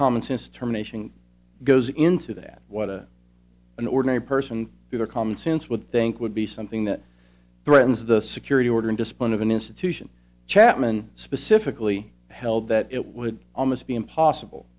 common sense terminating goes into that what an ordinary person who their common sense would think would be something that threatens the security order and discipline of an institution chapman specifically held that it would almost be impossible